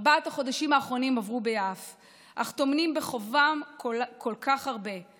ארבעת החודשים האחרונים עברו ביעף אך טומנים בחובם כל כך הרבה.